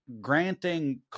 granting